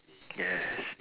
yes